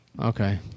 Okay